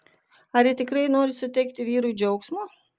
ar ji tikrai nori suteikti vyrui džiaugsmo